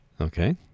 Okay